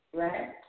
right